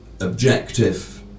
objective